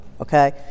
okay